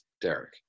Derek